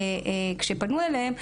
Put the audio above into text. כשפנו אליהם,